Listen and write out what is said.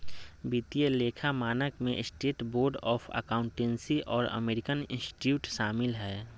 वित्तीय लेखा मानक में स्टेट बोर्ड ऑफ अकाउंटेंसी और अमेरिकन इंस्टीट्यूट शामिल हइ